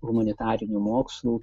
humanitarinių mokslų